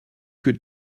que